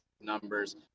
numbers